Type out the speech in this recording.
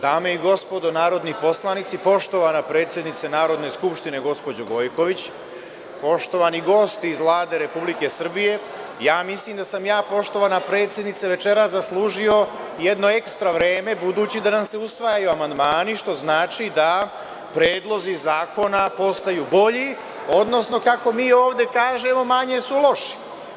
Dame i gospodo narodni poslanici, poštovana predsednice Narodne skupštine gospođo Gojković, poštovani gosti iz Vlade Republike Srbije, ja mislim da sam ja, poštovana predsednice, večeras zaslužio jedno ekstra vreme budući da nam se usvajaju amandmani, što znači da predlozi zakona postaju bolji, odnosno, kako mi ovde kažemo, manje su loši.